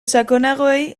sakonagoei